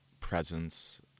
presence